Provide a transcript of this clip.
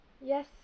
Yes